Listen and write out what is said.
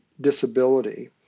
disability